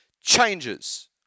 changes